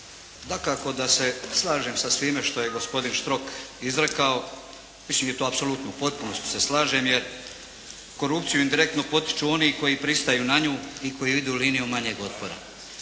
Dakako da se slažem sa svime što je gospodin Štrok izrekao, mislim isto apsolutno u potpunosti se slažem, jer korupciju indirektno potiču oni koji pristaju na nju i koji idu linijom manjeg otpora.